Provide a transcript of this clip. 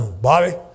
Bobby